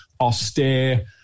austere